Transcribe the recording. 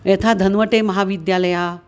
यथा धन्वटे महाविद्यालयः